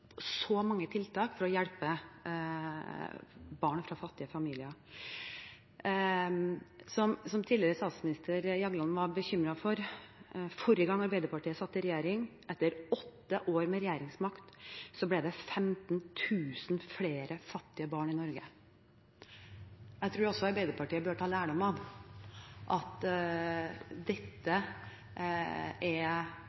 så mange tiltak for å hjelpe barn fra fattige familier. Som tidligere statsminister Jagland var bekymret for forrige gang Arbeiderpartiet satt i regjering: Etter åtte år med regjeringsmakt, ble det 15 000 flere fattige barn i Norge. Jeg tror også Arbeiderpartiet bør ta lærdom av at dette